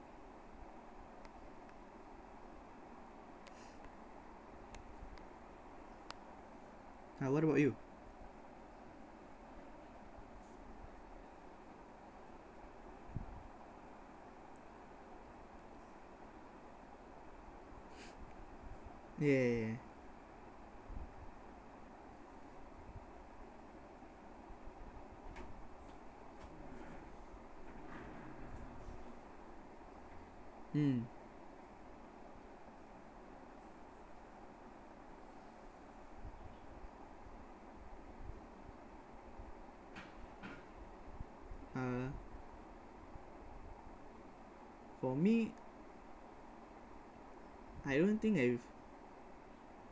ah what about you ya ya ya mm uh for me I don't think I've